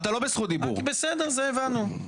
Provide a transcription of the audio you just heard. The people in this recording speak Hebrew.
בסדר, זה הבנו.